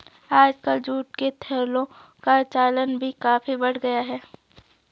आजकल जूट के थैलों का चलन भी काफी बढ़ गया है